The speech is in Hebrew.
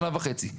שנה וחצי,